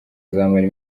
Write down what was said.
azamara